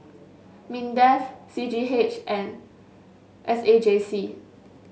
Mindef C G H and S A J C